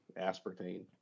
Aspartame